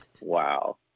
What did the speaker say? Wow